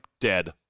dead